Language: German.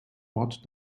ort